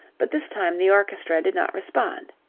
but this time the orchestra did not respond.